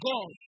God